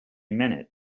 minute